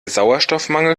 sauerstoffmangel